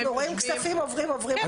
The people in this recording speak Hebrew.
רואים כספים עוברים - עוברים - עוברים.